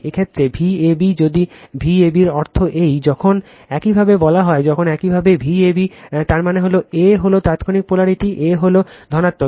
এই ক্ষেত্রে Vab যদি Vab এর অর্থ এই যখন একইভাবে বলা হয় যখন একইভাবে Vab বলে তার মানে a হল তাত্ক্ষণিক পোলারিটি a হল ধনাত্মক